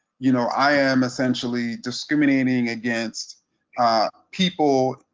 you know, i am essentially discriminating against people,